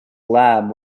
lab